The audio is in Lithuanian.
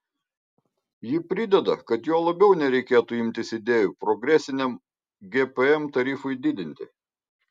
ji prideda kad juo labiau nereikėtų imtis idėjų progresiniam gpm tarifui didinti